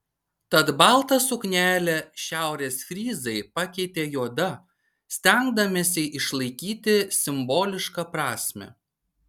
tad baltą suknelę šiaurės fryzai pakeitė juoda stengdamiesi išlaikyti simbolišką prasmę